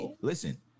listen